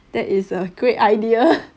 that is a great idea